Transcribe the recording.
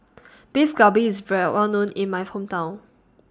Beef Galbi IS Well A known in My Hometown